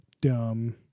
dumb